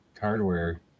hardware